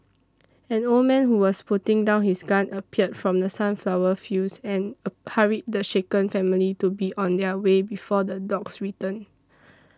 an old man who was putting down his gun appeared from the sunflower fields and hurried the shaken family to be on their way before the dogs return